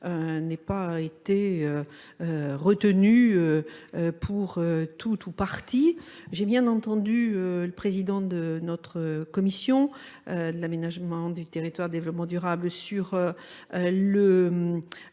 n'aient pas été retenus pour tout parti. J'ai bien entendu le Président de notre commission de l'aménagement du territoire développement durable sur la